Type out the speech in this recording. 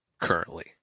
currently